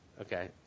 Okay